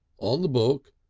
on the book.